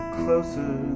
closer